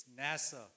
NASA